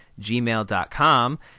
gmail.com